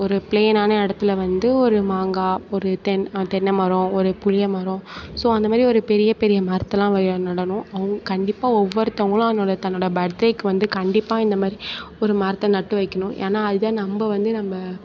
ஒரு பிளைனான இடத்துல வந்து ஒரு மாங்காய் ஒரு தென்னைமரம் ஒரு புளியமரம் ஸோ அந்தமாதிரி ஒரு பெரிய பெரிய மரத்தெல்லாம் நடணும் அவங்க கண்டிப்பாக ஒவ்வொருத்தவங்களும் அதனோடு தன்னோட பர்த்டேவுக்கு வந்து கண்டிப்பாக இந்த மாதிரி ஒரு மரத்தை நட்டு வைக்கணும் ஏன்னா அதுதான் நம்ம வந்து நம்ம